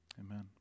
Amen